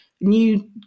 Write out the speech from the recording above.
new